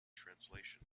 translation